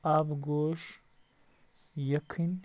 آبہٕ گوش یکھٕنۍ